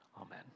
Amen